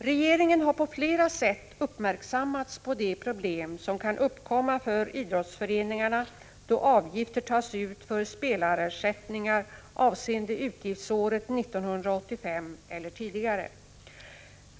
Regeringen har på flera sätt gjorts uppmärksam på de problem som kan uppkomma för idrottsföreningarna då avgifter tas ut för spelarersättningar avseende utgiftsåret 1985 eller tidigare.